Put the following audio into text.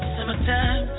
Summertime